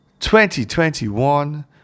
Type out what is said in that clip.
2021